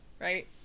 right